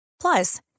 Plus